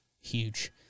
Huge